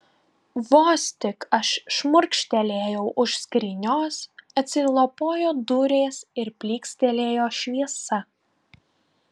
vos tik aš šmurkštelėjau už skrynios atsilapojo durys ir plykstelėjo šviesa